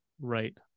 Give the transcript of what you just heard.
right